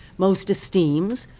most esteems,